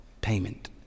payment